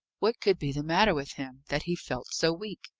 what could be the matter with him, that he felt so weak,